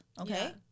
okay